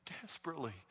desperately